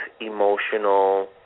emotional